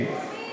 שידור ציבורי.